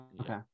okay